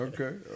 Okay